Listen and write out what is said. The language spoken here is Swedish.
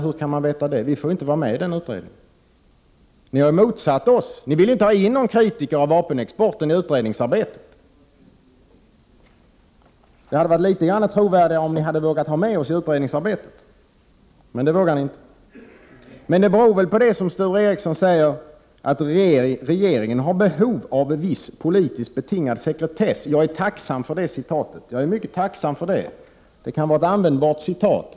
Hur kan man veta det? Och vi får inte vara med i den utredningen. Ni har motsatt er det — ni ville inte ha in någon kritiker av vapenexporten i utredningsarbetet. Det hela hade varit litet mer trovärdigt om ni hade vågat ha med oss i utredningsarbetet, men det vågar ni inte. Det beror väl på det Sture Ericson säger, att regeringen har behov av viss politiskt betingad sekretess. Jag är mycket tacksam för det citatet — det kan vara användbart.